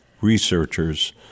researchers